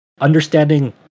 understanding